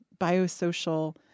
biosocial